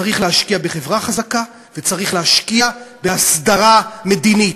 צריך להשקיע בחברה חזקה וצריך להשקיע בהסדרה מדינית,